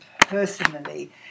personally